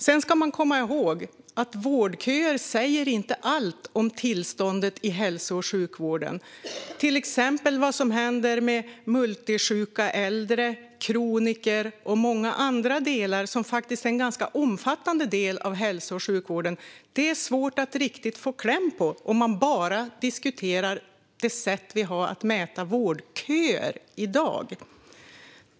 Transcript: Man ska också komma ihåg att vårdköer inte säger allt om tillståndet i hälso och sjukvården, till exempel om vad som händer med multisjuka äldre, kroniker och många andra. Det är en ganska omfattande del av hälso och sjukvården. Det är svårt att få kläm på det om man bara diskuterar sättet vi har för att mäta vårdköer i dag.